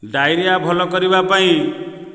diarrhoea ଭଲ କରିବା ପାଇଁ